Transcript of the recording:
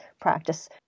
practice